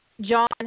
John